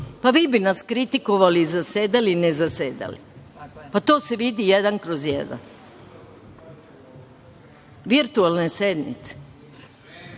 pa vi bi nas kritikovali, zasedali, ne zasedali. To se vidi jedan kroz jedan. Virtuelne sednice? Baš